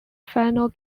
final